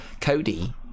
cody